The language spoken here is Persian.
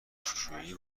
خشکشویی